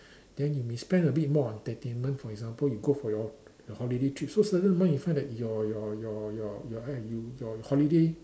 then you may spend a bit more on entertainment for example you go for your your holiday trip so certain month you find that your your your your your your holiday